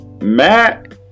Matt